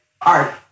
art